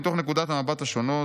מתוך נקודות המבט השונות,